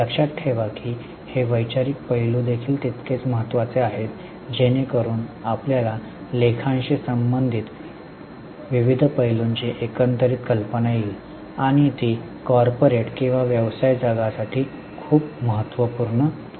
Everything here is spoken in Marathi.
लक्षात ठेवा की हे वैचारिक पैलू देखील तितकेच महत्वाचे आहेत जेणेकरून आपल्याला लेखाशी संबंधित विविध पैलूंची एकंदरीत कल्पना येईल आणि ती कॉर्पोरेट किंवा व्यवसाय जगासाठी खूप महत्त्वपूर्ण आहेत